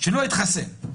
שלא התחסן.